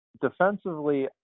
defensively